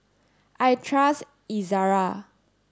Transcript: I trust Ezerra